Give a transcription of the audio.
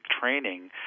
training